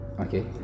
Okay